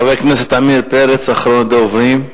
חבר הכנסת עמיר פרץ, אחרון הדוברים.